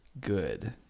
good